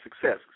success